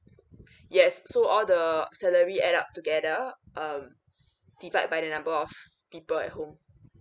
yes so all the salary add up together um divide by the number of people at home